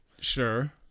Sure